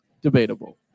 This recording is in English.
debatable